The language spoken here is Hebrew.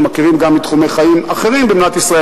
מכירים גם מתחומי חיים אחרים במדינת ישראל.